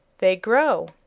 they grow.